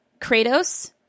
Kratos